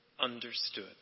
understood